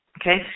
okay